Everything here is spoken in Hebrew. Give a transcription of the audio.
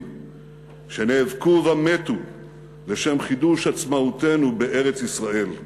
שנאבקו ומתו לשם חידוש עצמאותנו בארץ-ישראל".